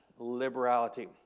Liberality